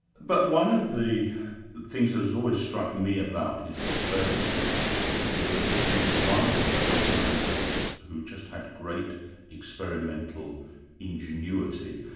but one of the things that has always struck me about his experiments that he was one of those scientists who just had great experimental ingenuity.